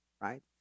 right